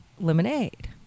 lemonade